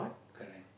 correct